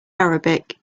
arabic